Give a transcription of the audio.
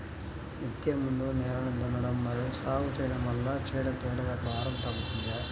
విత్తే ముందు నేలను దున్నడం మరియు సాగు చేయడం వల్ల చీడపీడల భారం తగ్గుతుందా?